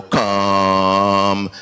come